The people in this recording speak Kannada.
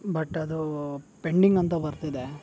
ಬಟ್ ಅದು ಪೆಂಡಿಂಗ್ ಅಂತ ಬರ್ತಿದೆ